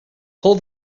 pull